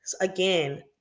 Again